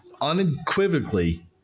Unequivocally